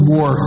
War